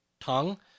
tongue